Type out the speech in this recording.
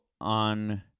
on